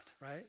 right